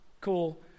cool